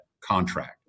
contract